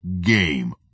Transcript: Game